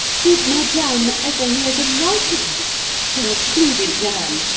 did madame ever hear the like of it concluded jeanne,